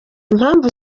impamvu